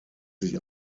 sich